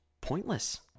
pointless